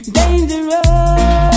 dangerous